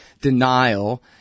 denial